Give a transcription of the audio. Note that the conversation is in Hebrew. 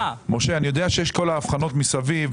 יודע שיש את כל ההבחנות מסביב,